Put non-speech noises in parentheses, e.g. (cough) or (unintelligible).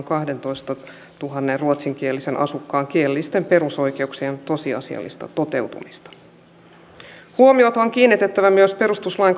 (unintelligible) kahdentoistatuhannen ruotsinkielisen asukkaan kielellisten perusoikeuksien tosiasiallista toteutumista huomiota on kiinnitettävä myös perustuslain